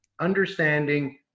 understanding